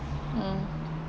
mm